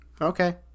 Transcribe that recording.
Okay